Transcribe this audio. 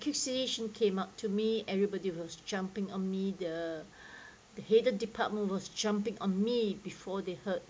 accusation came up to me everybody was jumping on me the the head of department was jumping on me before they heard